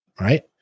Right